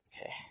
okay